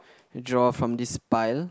draw from this pile